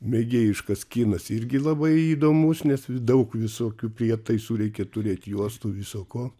mėgėjiškas kinas irgi labai įdomus nes daug visokių prietaisų reikia turėt juostų viso ko